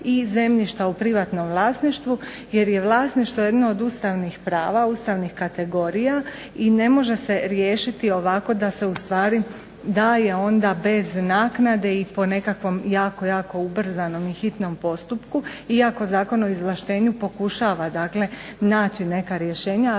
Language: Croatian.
i zemljišta u privatnom vlasništvu, jer je vlasništvo jedno od ustavnih prava, ustavnih kategorija i ne može se riješiti ovako da se u stvari daje onda bez naknade i po nekakvom jako, jako ubrzanom i hitnom postupku iako Zakon o izvlaštenju pokušava, dakle naći neka rješenja